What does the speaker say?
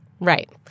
Right